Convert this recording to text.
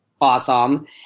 Awesome